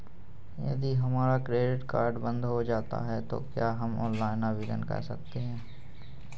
यदि हमारा credit card बंद हो जाता है तो क्या हम ऑनलाइन आवेदन कर सकते हैं?